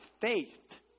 faith